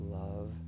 love